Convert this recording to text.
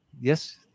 Yes